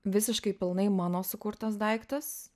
visiškai pilnai mano sukurtas daiktas